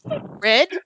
Red